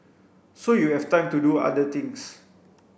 so you have time to do other things